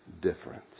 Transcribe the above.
difference